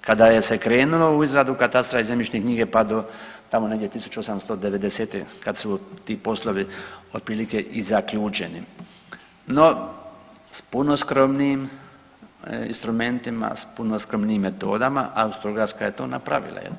kada je se krenulo u izradu katastra i zemljišne knjige, pa do tamo negdje 1890. kad su ti poslovi otprilike i zaključeni, no s puno skromnijim instrumentima, s puno skromnijim metodama Austro-Ugarska je to napravila jel.